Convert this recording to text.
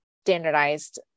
standardized